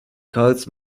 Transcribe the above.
cards